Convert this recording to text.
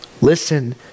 Listen